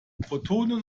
protonen